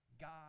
God